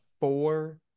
four